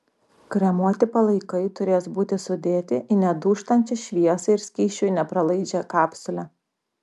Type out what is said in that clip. kremuoti palaikai turės būti sudėti į nedūžtančią šviesai ir skysčiui nepralaidžią kapsulę